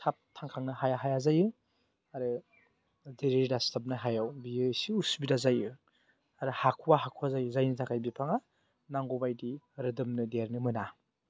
थाब थांखांनो हाया हाया जायो आरो जे रोदा सिथाबनो हायाव बेयो इसे उसुबिदा जायो आरो हाख'वा हाख'वा जायो जायनि थाखाय बिफाङा नांगौ बायदि रोदोमनो देरनो मोना